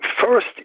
first